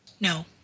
No